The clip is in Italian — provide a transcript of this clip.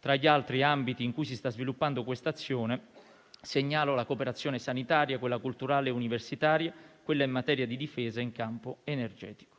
Tra gli altri ambiti in cui si sta sviluppando quest'azione, segnalo la cooperazione sanitaria, culturale, universitaria, in materia di difesa e in campo energetico.